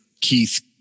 Keith